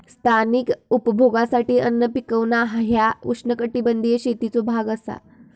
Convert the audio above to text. स्थानिक उपभोगासाठी अन्न पिकवणा ह्या उष्णकटिबंधीय शेतीचो भाग असा